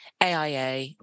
AIA